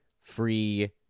free